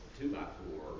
two-by-four